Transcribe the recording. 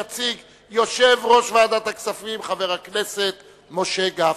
יציג יושב-ראש ועדת הכספים, חבר הכנסת משה גפני.